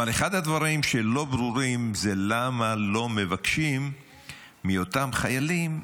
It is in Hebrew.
אבל אחד הדברים שלא ברורים זה למה לא מבקשים מאותם חיילים,